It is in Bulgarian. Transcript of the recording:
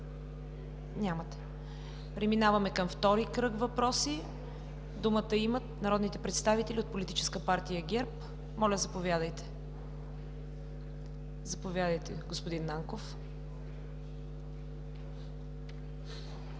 Нямате. Преминаваме към втори кръг въпроси. Думата имат народните представители от Политическа партия ГЕРБ. Моля, заповядайте. Заповядайте, господин Нанков.